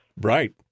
Right